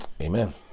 Amen